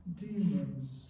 demons